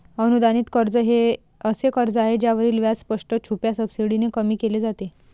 अनुदानित कर्ज हे असे कर्ज आहे ज्यावरील व्याज स्पष्ट, छुप्या सबसिडीने कमी केले जाते